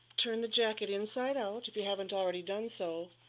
turn the jacket inside out, if you haven't already done so,